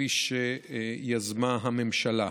כפי שיזמה הממשלה.